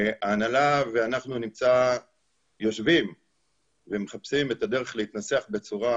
ההנהלה ואנחנו יושבים ומחפשים את הדרך להתנסח בצורה